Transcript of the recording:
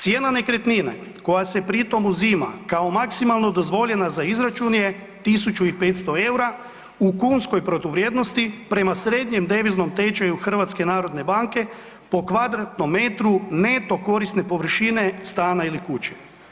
Cijena nekretnine koja se pritom uzima kao maksimalno dozvoljena za izračun je 1500 eura u kunskoj protuvrijednosti prema srednjom deviznom tečaju HNB-a po kvadratnom metru neto korisne površine stana ili kuće.